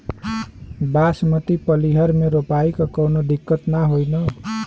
बासमती पलिहर में रोपाई त कवनो दिक्कत ना होई न?